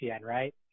right